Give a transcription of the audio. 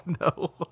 No